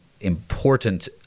important